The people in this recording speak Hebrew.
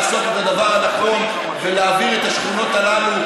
לעשות את הדבר הנכון ולהעביר את השכונות הללו,